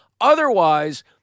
Otherwise